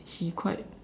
he quite